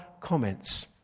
Comments